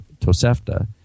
Tosefta